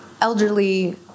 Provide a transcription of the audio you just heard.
elderly